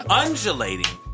undulating